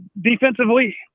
Defensively